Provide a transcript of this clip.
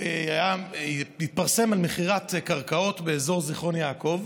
התפרסם על מכירת קרקעות חקלאיות